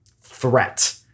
threat